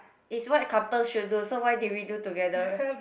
is what couple should do so why did we do together